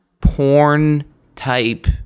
porn-type